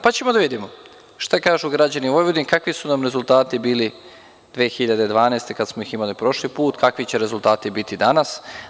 Pa, ćemo da vidimo šta kažu građani Vojvodine, kakvi su nam rezultati bili 2012. godina kada smo ih imali prošli put, kakvi će rezultati biti danas.